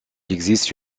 existe